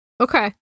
Okay